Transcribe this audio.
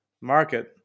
market